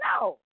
No